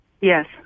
Yes